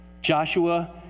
Joshua